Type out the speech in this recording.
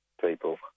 people